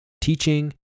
teaching